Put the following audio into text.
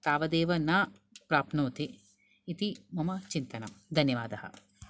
तावदेव न प्राप्नोति इति मम चिन्तनम् धन्यवादः